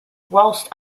whilst